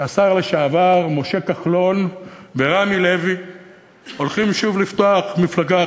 שהשר לשעבר משה כחלון ורמי לוי הולכים שוב לפתוח מפלגה,